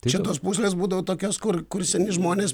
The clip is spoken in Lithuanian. čia tos pūslės būdavo tokios kur kur seni žmonės